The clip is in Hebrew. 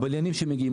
הבליינים שמגיעים,